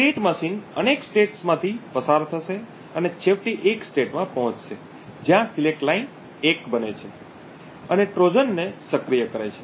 state machine અનેક states માંથી પસાર થશે અને છેવટે એક સ્ટેટ માં પહોંચશે જ્યાં સિલેક્ટ લાઈન 1 બને છે અને ટ્રોજનને સક્રિય કરે છે